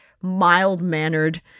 mild-mannered